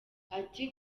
ati